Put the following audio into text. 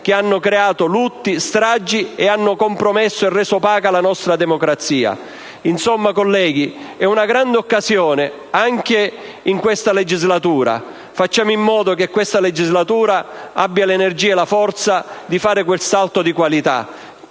che hanno causato lutti, stragi e che hanno compromesso e reso opaca la nostra democrazia. Insomma, colleghi, è una grande occasione, anche in questa legislatura: facciamo in modo che questa legislatura abbia le energie e la forza di compiere questo salto di qualità.